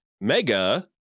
Mega